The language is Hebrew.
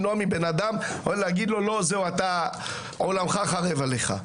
מבנאדם, או להגיד לו עולמך חרב עליך.